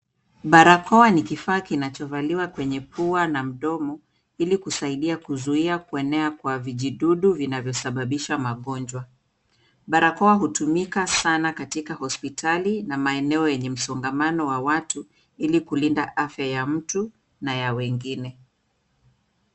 Barakoa ni kifaa kinachovaliwa kwenye pua na mdomo ili kusaidia kuzuia kuenea kwa vijidudu vinavyosababisha magonjwa. Barakoa hutumika sana katika hospitali na maeneo yenye msongamano wa watu ili kulinda afya ya mtu na ya wengine.